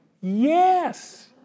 Yes